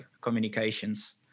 communications